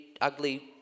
ugly